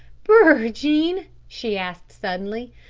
brrr! jean, she asked suddenly,